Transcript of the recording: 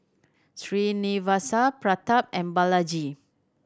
Srinivasa Pratap and Balaji